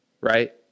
Right